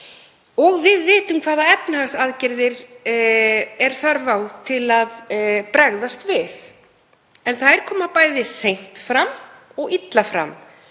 Við vitum hvaða efnahagsaðgerðum er þörf á til að bregðast við en þær koma bæði seint og illa fram.